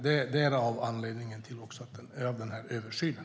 Det är en av anledningarna till översynen.